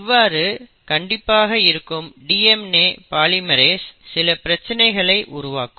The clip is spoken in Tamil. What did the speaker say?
இவ்வாறு கண்டிப்பாக இருக்கும் DNA பாலிமெரேஸ் சில பிரச்சினைகளை உருவாக்கும்